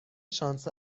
شانس